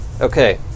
Okay